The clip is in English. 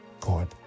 God